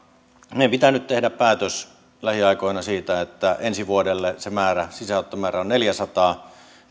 meidän pitää nyt tehdä päätös lähiaikoina siitä että ensi vuodelle se sisäänottomäärä on neljäsataa